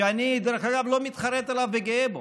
ואני, דרך אגב, לא מתחרט עליו וגאה בו,